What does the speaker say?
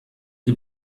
die